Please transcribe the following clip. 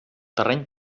terreny